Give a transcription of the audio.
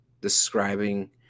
describing